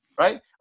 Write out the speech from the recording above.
right